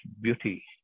beauty